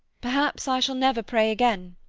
perhaps i shall never pray again.